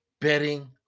betting